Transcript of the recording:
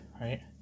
right